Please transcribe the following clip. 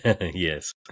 Yes